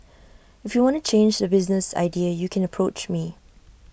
if you wanna change the business idea you can approach me